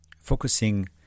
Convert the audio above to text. focusing